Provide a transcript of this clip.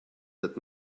that